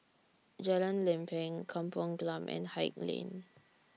Jalan Lempeng Kampung Glam and Haig Lane